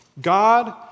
God